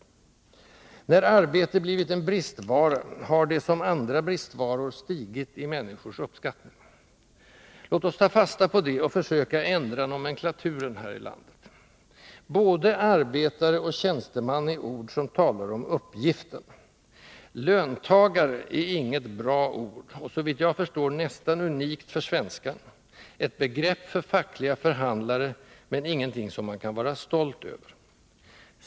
När arbete blivit en bristvara har det som andra bristvaror stigit i människors uppskattning. Låt oss ta fasta på det och försöka ändra nomenklaturen här i landet. Både ”arbetare” och ”tjänsteman” är ord som talar om uppgiften. ”Löntagare” är inget bra ord, och såvitt jag förstår nästan unikt för svenskan: ett begrepp för fackliga förhandlare men ingenting som man kan vara stolt över.